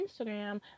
Instagram